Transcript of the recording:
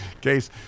case